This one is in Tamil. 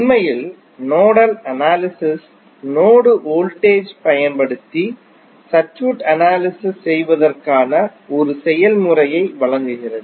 உண்மையில் நோடல் அனாலிஸிஸ் நோடு வோல்டேஜ் பயன்படுத்தி சர்க்யூட் அனாலிஸிஸ் செய்வதற்கான ஒரு செயல்முறையை வழங்குகிறது